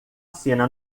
cena